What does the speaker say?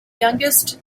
youngest